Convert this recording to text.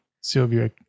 Sylvia